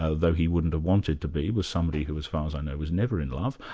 ah though he wouldn't have wanted to be, was somebody who as far as i know was never in love,